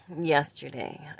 yesterday